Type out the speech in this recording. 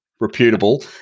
reputable